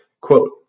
Quote